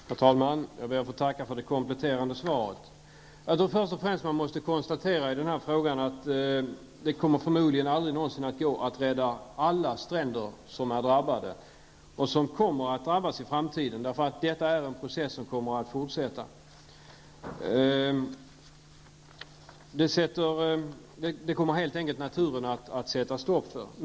Herr talman! Jag ber att få tacka för det kompletterande svaret. Först och främst vill jag säga att det i den här frågan förmodligen aldrig någonsin kommer att vara möjligt att rädda alla stränder som redan drabbats eller som längre fram i tiden kan bli drabbade. Det här är nämligen en process som kommer att fortsätta. Naturen kommer helt enkelt att sätta stopp.